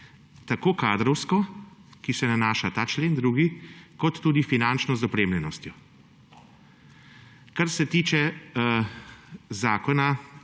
tako kadrovsko, na kar se nanaša ta 2. člen, kot tudi finančno z opremljenostjo. Kar se tiče zakona,